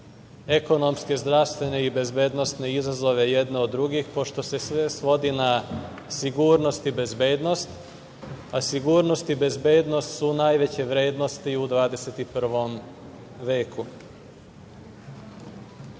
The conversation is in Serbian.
ekonomske, zdravstvene i bezbednosne izazove jedne od drugih, pošto se sve svodi na sigurnost i bezbednost, a sigurnost i bezbednost su najveće vrednosti u 21.